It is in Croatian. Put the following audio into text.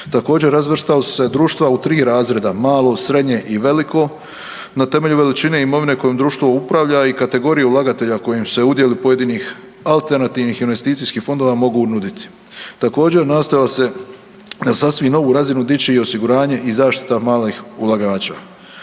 Također razvrstala su se društva u tri razreda malo, srednje i veliko na temelju veličine imovine kojom društvo upravlja i kategorije ulagatelja kojim se udjeli pojedinih alternativnih investicijskih fondova mogu nuditi. Također nastojalo se na sasvim novu razinu dići i osiguranje i zaštita malih ulagača.